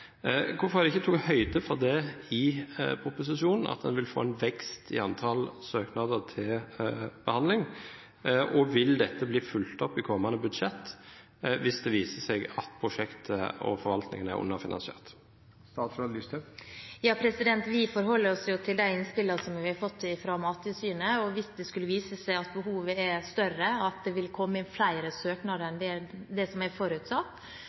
Hvorfor er det i proposisjonen ikke tatt høyde for at en vil få en vekst i antall søknader til behandling, og vil dette bli fulgt opp i kommende budsjett hvis det viser seg at prosjektet og forvaltningen er underfinansiert? Vi forholder oss til de innspillene vi har fått fra Mattilsynet, og hvis det skulle vise seg at behovet er større, og at det kommer inn flere søknader enn forutsatt, må vi selvfølgelig håndtere det når vi eventuelt får meldinger om det. Det er